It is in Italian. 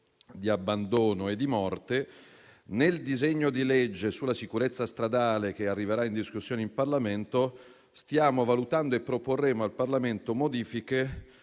di abbandono e di morte. Nel disegno di legge sulla sicurezza stradale, che arriverà in discussione in Parlamento, stiamo valutando di proporre modifiche